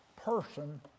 person